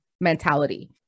mentality